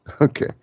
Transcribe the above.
Okay